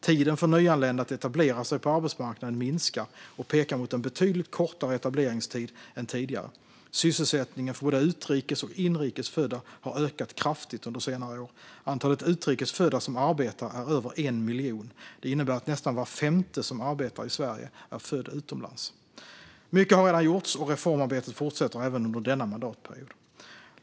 Tiden för nyanlända att etablera sig på arbetsmarknaden minskar och pekar mot en betydligt kortare etableringstid än tidigare. Sysselsättningen för både utrikes och inrikes födda har ökat kraftigt under senare år. Antalet utrikes födda som arbetar är över 1 miljon. Det innebär att nästan var femte som arbetar i Sverige är född utomlands. Mycket har redan gjorts, och reformarbetet fortsätter även under denna mandatperiod.